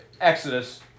Exodus